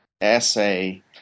essay